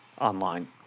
online